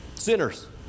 Sinners